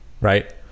Right